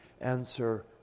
answer